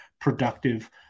productive